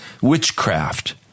witchcraft